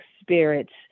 spirits